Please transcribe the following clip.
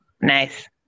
Nice